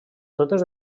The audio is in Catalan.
totes